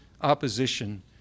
opposition